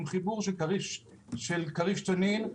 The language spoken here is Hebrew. ועם חיבור של כריש תנין,